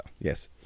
Yes